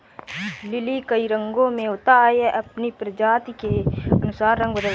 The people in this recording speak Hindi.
लिली कई रंगो में होता है, यह अपनी प्रजाति के अनुसार रंग बदलता है